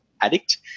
addict